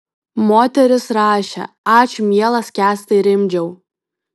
moteris rašė ačiū mielas kęstai rimdžiau